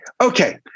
Okay